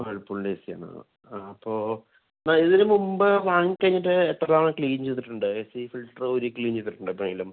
വേൾപ്പൂളിൻ്റെ ഏ സിയന്നാണൊ അപ്പോൾ എന്നാണ് ഇതിന് മുമ്പ് വാങ്ങിക്കഴിഞ്ഞിട്ട് എത്ര തവണ ക്ലീൻ ചെയ്തിട്ടുണ്ട് ഏ സി ഫിൽറ്റ്റൂരി ക്ലീൻ ചെയ്തിട്ടുണ്ടൊ എപ്പോഴെങ്കിലും